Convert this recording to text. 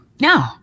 No